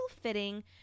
fitting